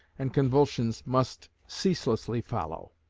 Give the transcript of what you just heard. and convulsions must ceaselessly follow.